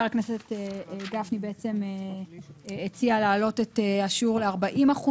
הכנסת גפני הציע להעלות את השיעור ל-40%,